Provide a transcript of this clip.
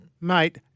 Mate